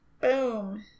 Boom